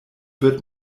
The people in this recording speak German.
wird